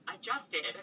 adjusted